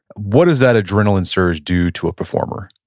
what does that adrenaline surge do to a performer?